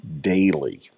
daily